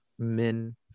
Men